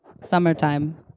summertime